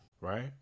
right